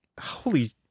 Holy